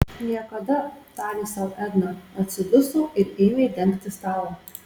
niekada tarė sau edna atsiduso ir ėmė dengti stalą